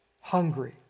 hungry